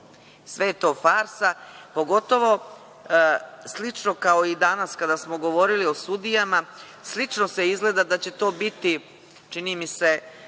Sve je to farsa. Pogotovo, kao i danas kada smo govorili o sudijama, slično izgleda da će biti, čini mi se,